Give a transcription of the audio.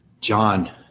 John